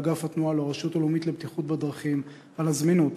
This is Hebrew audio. לאגף התנועה ולרשות הלאומית לבטיחות בדרכים על הזמינות,